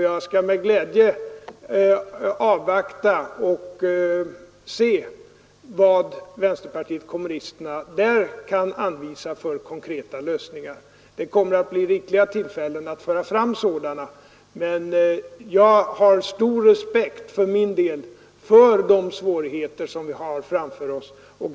Jag skall med glädje avvakta vilka konkreta lösningar vänsterpartiet kommunisterna kan komma att anvisa. Det kommer att bli rikliga tillfällen att föra fram sådana förslag. Men jag har för min del stor respekt för de svårigheter som vi har framför oss.